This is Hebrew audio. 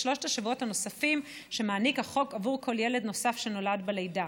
שלושת השבועות הנוספים שמעניק החוק עבור כל ילד נוסף שנולד בלידה: